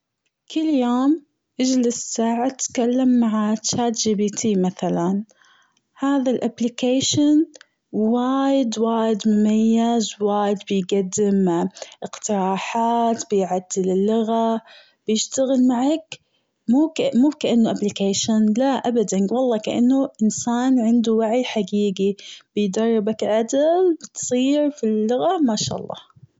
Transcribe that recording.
كل يوم أجلس ساعة أتكلم مع chat gpt مثلا هذا ال application وايد وايد مميز وايد بيقدم اقتراحات بيعدل اللغة بيشتغل معك موب كأن-موب كأنه application لا أبدا والله كأنه إنسان عنده وعي حقيقي، بيدربك عدل تصير في اللغة ما شاء الله.